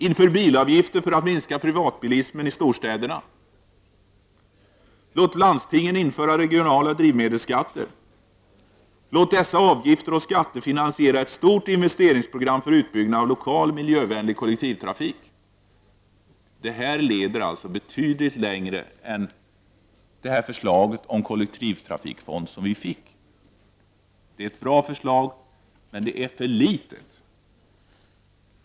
Inför bilavgifter för att minska privatbilismen i storstäderna. Låt landstingen införa regionala drivmedelsskatter. Låt dessa avgifter och skatter finansiera ett stort investeringsprogram för utbyggnad av lokal miljövänlig kollektivtrafik. Det här leder betydligt längre än förslaget om en kollektivtrafikfond som vi fick. Det är ett bra förslag men det ger för litet.